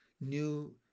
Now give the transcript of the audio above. new